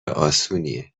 اسونیه